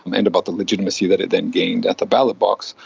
and about the legitimacy that it then gained at the ballot box.